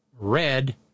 red